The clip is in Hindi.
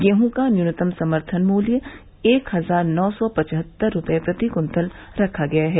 गेहूँ का न्यूनतम समर्थन मूल्य एक हजार नौ सौ पचहत्तर रूपये प्रति कुन्तल रखा गया है